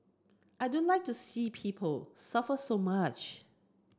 I don't like to see people suffer so much